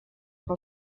que